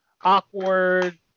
awkward